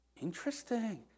Interesting